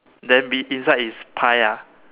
then in~ inside is pie ah